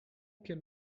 can